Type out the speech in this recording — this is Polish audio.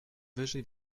wyżej